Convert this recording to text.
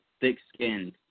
thick-skinned